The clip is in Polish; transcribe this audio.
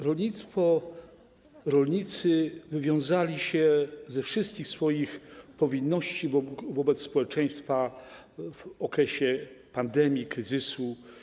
Rolnicy wywiązali się ze wszystkich swoich powinności wobec społeczeństwa w okresie pandemii, kryzysu.